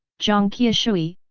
jiang qiushui,